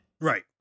Right